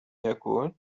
يكون